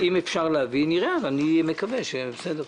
אם אפשר להביא נראה, אני מקווה שיהיה בסדר.